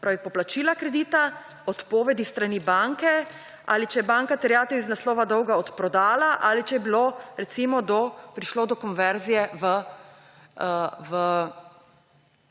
zaradi poplačila kredita, odpovedi s strani banke, ali če ja banka terjatve iz naslova dolga odprodala, ali če je, recimo, prišlo do konverzije v